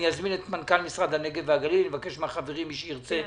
אני אזמין את מנכ"ל משרד הנגב והגליל ומי מהחברים שירצה,